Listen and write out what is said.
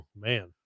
man